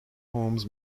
homes